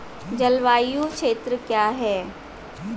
जलवायु क्षेत्र क्या है?